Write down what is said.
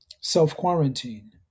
Self-quarantine